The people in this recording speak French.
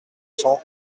cent